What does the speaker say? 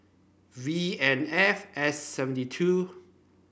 V N F S seven two